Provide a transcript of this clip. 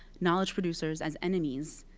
knowledge producers as enemies.